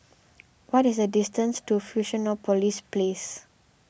what is the distance to Fusionopolis Place